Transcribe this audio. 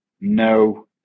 no